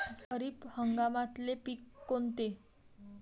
खरीप हंगामातले पिकं कोनते?